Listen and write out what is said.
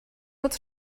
fod